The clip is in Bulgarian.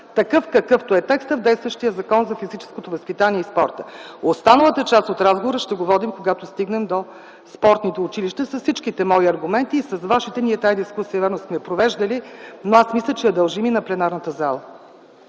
науката, какъвто е текстът в действащия Закон за физическото възпитание и спорта. Останалата част от разговора ще го водим, когато стигнем до спортните училища, с всичките мои и ваши аргументи. Тази дискусия сме я провеждали, но аз мисля, че я дължим и на пленарната зала.